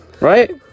Right